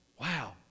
Wow